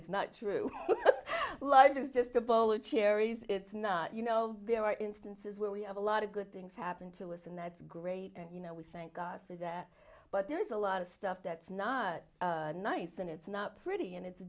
it's not true blood is just a bowl of cherries it's not you know there are instances where we have a lot of good things happen to us and that's great and you know we thank god for that but there's a lot of stuff that's not nice and it's not pretty and it's